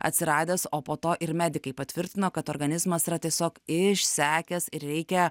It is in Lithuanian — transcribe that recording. atsiradęs o po to ir medikai patvirtino kad organizmas yra tiesiog išsekęs ir reikia